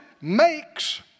makes